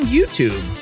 YouTube